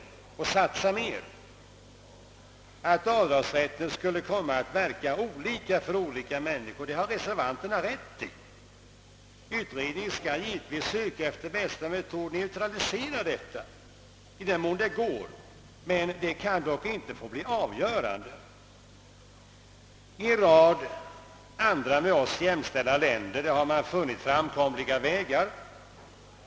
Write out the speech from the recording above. Reservanterna har rätt i att avdragsrätten kan komma att verka olika för skilda människor, och utredningen skall givetvis söka efter bästa metoden att neutralisera den saken, i den mån det går. Men det kan inte få bli avgörande. I en rad andra, med oss jämställda länder har man funnit framkomliga vägar.